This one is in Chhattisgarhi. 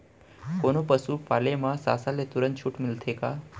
कोनो पसु पाले म शासन ले तुरंत छूट मिलथे का?